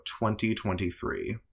2023